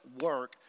work